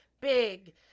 big